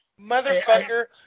Motherfucker